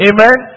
Amen